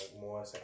more